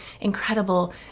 incredible